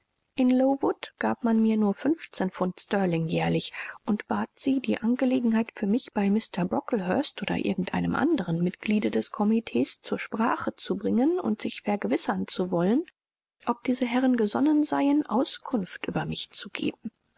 in lowood gab man mir nur fünfzehn pfund sterling jährlich und bat sie die angelegenheit für mich bei mr brocklehurst oder irgend einem anderen mitgliede des komitees zur sprache zu bringen und sich vergewissern zu wollen ob diese herren gesonnen seien auskunft über mich zu geben